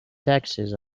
taxis